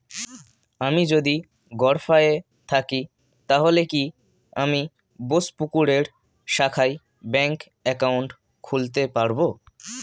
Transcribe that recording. আমি যদি গরফায়ে থাকি তাহলে কি আমি বোসপুকুরের শাখায় ব্যঙ্ক একাউন্ট খুলতে পারবো?